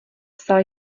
psal